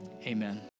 Amen